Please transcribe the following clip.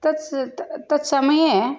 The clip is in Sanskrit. तस् तत् समये